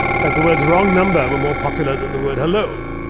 fact the words wrong number were more popular than the word hello.